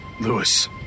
Lewis